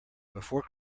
before